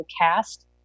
cast